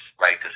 right